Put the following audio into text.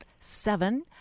seven